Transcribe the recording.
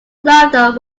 laughter